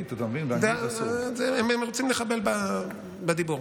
This law, הם רוצים לחבל בדיבור.